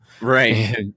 Right